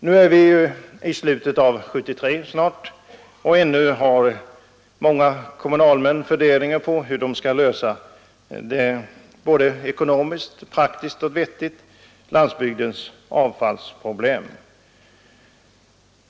Nu är vi snart i slutet av 1973, och ännu funderar många kommunalmän på hur man på ett ekonomiskt, praktiskt och vettigt sätt skall lösa landsbygdens avfallsproblem.